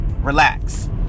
relax